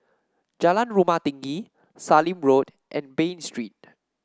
Jalan Rumah Tinggi Sallim Road and Bain Street